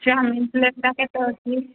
chowmein ପ୍ଲେଟ୍ଟା କେତେ ଅଛି